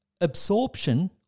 absorption